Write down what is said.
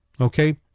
Okay